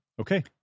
Okay